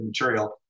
material